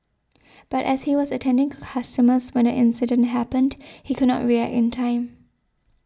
but as he was attending to customers when the incident happened he could not react in time